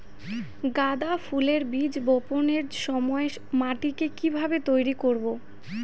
গাদা ফুলের বীজ বপনের সময় মাটিকে কিভাবে তৈরি করব?